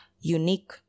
Unique